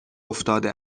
افتاده